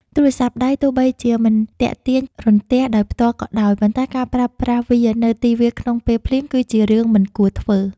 ទូរស័ព្ទដៃទោះបីជាមិនទាក់ទាញរន្ទះដោយផ្ទាល់ក៏ដោយ ប៉ុន្តែការប្រើប្រាស់វានៅទីវាលក្នុងពេលភ្លៀងគឺជារឿងមិនគួរធ្វើ។